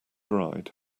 ride